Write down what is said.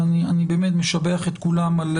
ואני משבח את כולם על